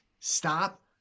stop